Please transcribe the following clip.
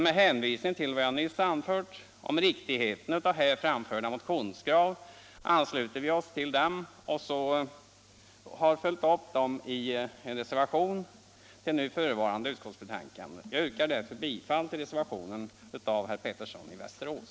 Med hänvisning till vad jag nyss anfört om riktigheten av här framförda motionskrav ansluter vi oss emellertid till dem och har också följt upp dem i en reservation till förevarande utskottsbetänkande. Jag yrkar därför bifall till reservationen av herr Pettersson i Västerås.